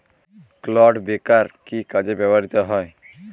Clod breaker কি কাজে ব্যবহৃত হয়?